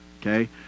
Okay